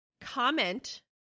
comment